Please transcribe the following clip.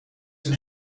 zijn